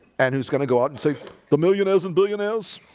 and who's gonna go out and see the millionaires and billionaires